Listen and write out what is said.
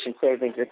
savings